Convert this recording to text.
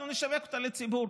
אנחנו נשווק אותה לציבור,